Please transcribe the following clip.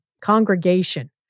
congregation